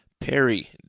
Perry